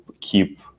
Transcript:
keep